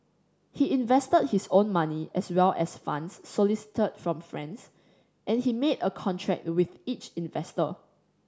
he invested his own money as well as funds solicited from friends and he made a contract with each investor